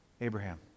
Abraham